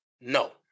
No